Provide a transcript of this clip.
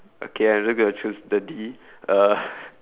okay I'm just gonna choose the D uh